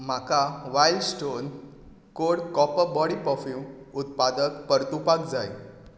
म्हाका Wild Stone Code Copper body perfume उत्पाद परतुपाक जाय